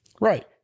Right